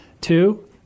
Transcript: Two